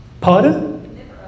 pardon